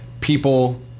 people